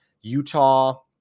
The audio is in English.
Utah